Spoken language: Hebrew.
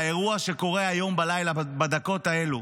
על האירוע שקורה היום בלילה בדקות האלו: